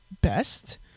best